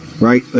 right